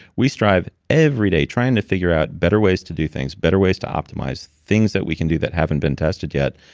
we strive every day trying to figure out better ways to do things, better ways to optimize. things that we can do that haven't been tested yet.